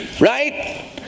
Right